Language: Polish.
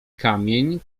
kamień